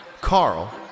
Carl